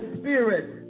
spirit